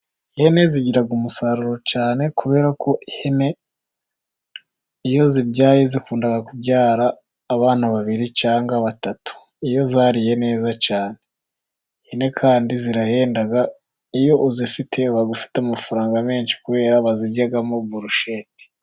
Ihene zigira umusaruro cyane, kubera ko ihene iyo zibyaye zikunda kubyara abana babiri cyangwa batatu, iyo zariye neza cyane, ihene kandi zirahenda iyo uzifite uba ufite amafaranga menshi, kubera baziryamo burusheti.